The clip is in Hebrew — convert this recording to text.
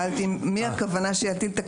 שאלתי, מי יטיל את הקנסות?